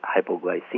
hypoglycemia